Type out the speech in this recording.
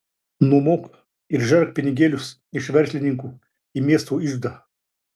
nuomok ir žerk pinigėlius iš verslininkų į miesto iždą